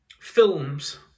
films